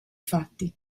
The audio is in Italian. fatti